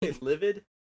livid